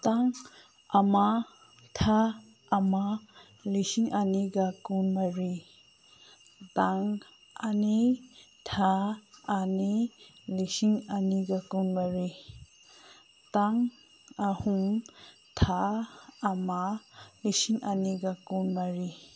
ꯇꯥꯡ ꯑꯃ ꯊꯥ ꯑꯃ ꯂꯤꯁꯤꯡ ꯑꯅꯤꯒ ꯀꯨꯟ ꯃꯔꯤ ꯇꯥꯡ ꯑꯅꯤ ꯊꯥ ꯑꯅꯤ ꯂꯤꯁꯤꯡ ꯑꯅꯤꯒ ꯀꯨꯟ ꯃꯔꯤ ꯇꯥꯡ ꯑꯍꯨꯝ ꯊꯥ ꯑꯃ ꯂꯤꯁꯤꯡ ꯑꯅꯤꯒ ꯀꯨꯟ ꯃꯔꯤ